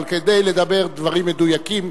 אבל, כדי לדבר דברים מדויקים,